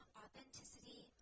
authenticity